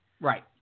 Right